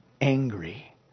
angry